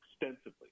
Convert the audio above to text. extensively